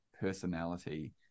personality